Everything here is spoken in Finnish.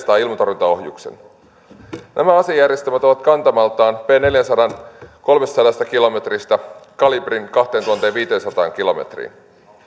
s neljäsataa ilmatorjuntaohjuksen nämä asejärjestelmät ovat kantamaltaan p neljänsadan kolmestasadasta kilometristä kalibrin kahteentuhanteenviiteensataan kilometriin